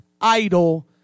idol